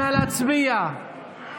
נא להצביע.